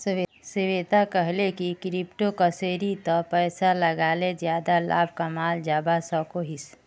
श्वेता कोहले की क्रिप्टो करेंसीत पैसा लगाले ज्यादा लाभ कमाल जवा सकोहिस